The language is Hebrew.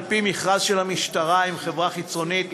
על-פי מכרז של המשטרה עם חברה חיצונית,